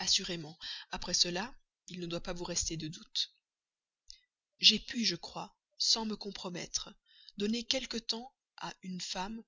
assurément après cela il ne doit plus vous rester de doute j'ai pu je crois sans me compromettre donner quelque temps à une femme